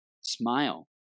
smile